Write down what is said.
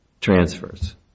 transfers